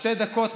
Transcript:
שתי דקות,